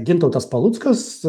gintautas paluckas